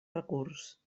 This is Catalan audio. recurs